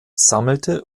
sammelte